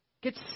Get